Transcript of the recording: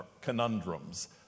conundrums